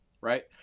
Right